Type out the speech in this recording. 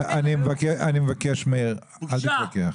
אני מבקש, מאיר, אל תתווכח.